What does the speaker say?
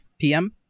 PM